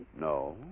No